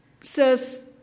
says